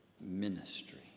ministry